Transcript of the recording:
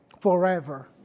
forever